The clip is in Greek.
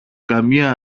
καμιά